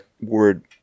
word